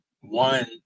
One